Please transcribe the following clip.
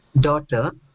daughter